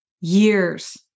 years